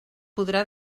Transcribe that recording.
podrà